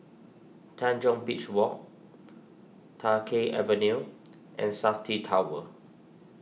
Tanjong Beach Walk Tai Keng Avenue and Safti Tower